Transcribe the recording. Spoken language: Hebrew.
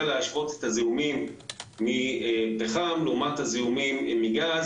להשוות את הזיהומים מפחם לעומת הזיהומים מגז,